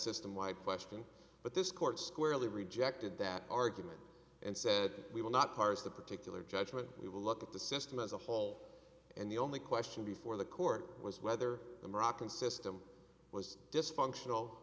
system wipe question but this court squarely rejected that argument and said we will not parse the particular judgment we will look at the system as a whole and the only question before the court was whether the moroccan system was dysfunctional